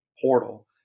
portal